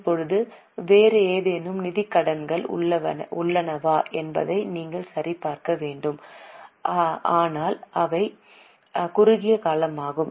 இப்போது வேறு ஏதேனும் நிதிக் கடன்கள் உள்ளனவா என்பதை நீங்கள் சரிபார்க்க வேண்டும் ஆனால் அவை குறுகிய காலமாகும்